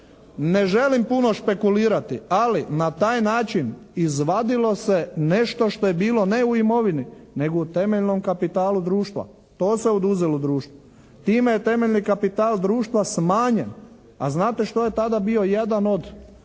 ne želim puno špekulirati, ali na taj način izvadilo se nešto što je bilo ne u imovini nego u temeljnom kapitalu društva. To se oduzelo društvu. Time je temeljni kapital društva smanjen, a znate što je tada bio jedan od